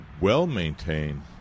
well-maintained